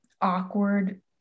awkward